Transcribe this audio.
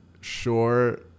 sure